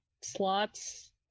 slots